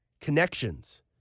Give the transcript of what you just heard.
connections